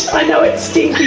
i know it's stinking